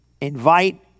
Invite